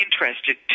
interested